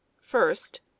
First